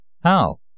How